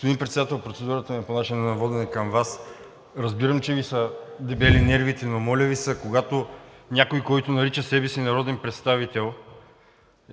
Председател, процедурата ми е по начина на водене към Вас. Разбирам, че Ви са дебели нервите, но моля Ви се, когато някой, който нарича себе си народен представител,